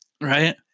Right